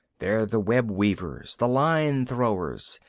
they're the web-weavers, the line-throwers,